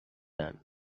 done